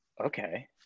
okay